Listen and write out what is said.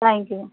thank you